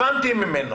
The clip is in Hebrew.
הבנתי ממנו.